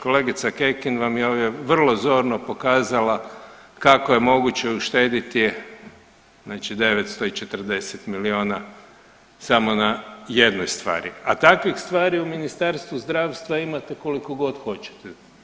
Kolegica Kekin vam je ovdje vrlo zorno pokazala kako je moguće uštediti, znači 940 milijuna samo na jednoj stvari, a takvih stvari u Ministarstvu zdravstva imate koliko god hoćete.